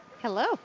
Hello